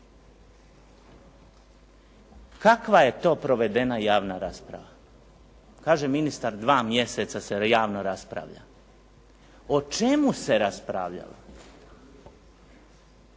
Kakva je to provedena javna rasprava? Kaže ministar dva mjeseca se javno raspravlja. O čemu se raspravljalo?